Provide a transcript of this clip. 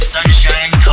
Sunshine